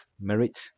merit